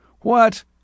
What